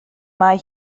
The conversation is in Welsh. mae